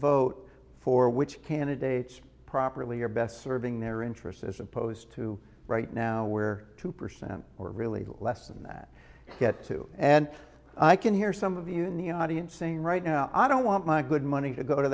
vote for which candidates properly are best serving their interests as opposed to right now where two percent or really less than that get to and i can hear some of you in the audience saying right now i don't want my good money to go to